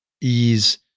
ease